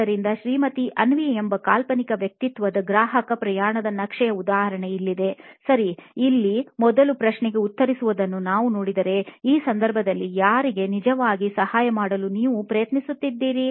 ಆದ್ದರಿಂದ ಶ್ರೀಮತಿ ಅವ್ನಿ ಎಂಬ ಕಾಲ್ಪನಿಕ ವ್ಯಕ್ತಿತ್ವದ ಗ್ರಾಹಕ ಪ್ರಯಾಣದ ನಕ್ಷೆಯ ಉದಾಹರಣೆ ಇಲ್ಲಿದೆ ಸರಿ ಇಲ್ಲಿ ಮೊದಲು ಪ್ರಶ್ನೆಗೆ ಉತ್ತರಿಸುವನ್ನು ನೀವು ನೋಡಿದರೆ ಈ ಸಂದರ್ಭದಲ್ಲಿ ಯಾರಿಗೆ ನಿಜವಾಗಿಯೂ ಸಹಾಯ ಮಾಡಲು ನೀವು ಪ್ರಯತ್ನಿಸುತ್ತಿದ್ದೀರಿ